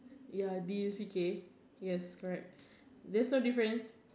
ya D U C K ya correct there's no difference